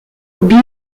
bir